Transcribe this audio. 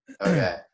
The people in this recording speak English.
Okay